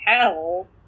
hell